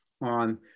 on